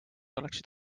oleksid